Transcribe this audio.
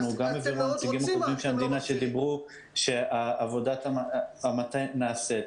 גם נציגים אחרים של המדינה שדיברו אמרו שעבודת המטה נעשית.